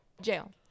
jail